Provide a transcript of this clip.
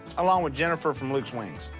along with jennifer from luke's wings.